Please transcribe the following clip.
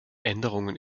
änderungen